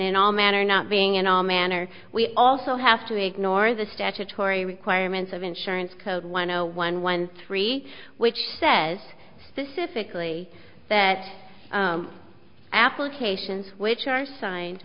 in all manner not being an all manner we also have to ignore the statutory requirements of insurance co one zero one one three which says specifically that applications which are signed